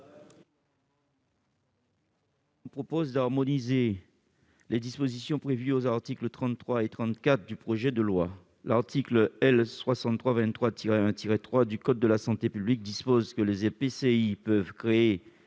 a pour objet d'harmoniser les dispositions des articles 33 et 34 du projet de loi. L'article L. 6323-1-3 du code de la santé publique dispose que les EPCI peuvent créer